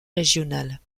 régional